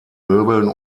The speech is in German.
möbeln